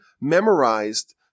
memorized